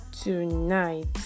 tonight